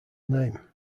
name